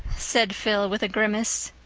said phil, with a grimace.